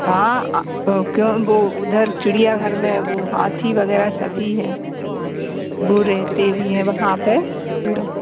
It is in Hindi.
हाँ क्यों वो उधर चिड़ियाघर में वो हाथी वगैरह सभी हैं वो रहते भी हैं वहाँ पे पूरा